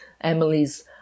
Emily's